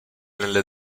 nelle